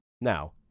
Now